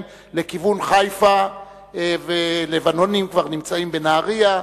לכיוון חיפה ולבנונים כבר נמצאים בנהרייה,